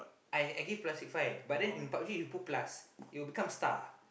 I I give plus six five but then in PUB-G you put plus it will become star